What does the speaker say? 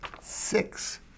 Six